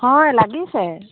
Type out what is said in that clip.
হয় লাগিছে